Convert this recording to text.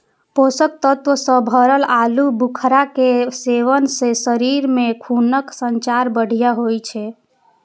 पोषक तत्व सं भरल आलू बुखारा के सेवन सं शरीर मे खूनक संचार बढ़िया होइ छै